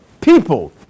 people